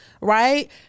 right